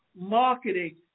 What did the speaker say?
marketing